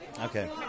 Okay